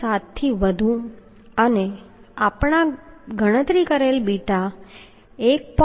7 થી વધુ અને આપણા ગણતરી કરેલ બીટા 1